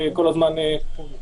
כל הזמן פתיחה-סגירה,